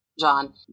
John